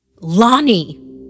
Lonnie